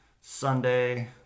Sunday